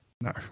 No